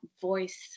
voice